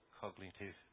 cognitive